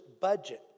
budget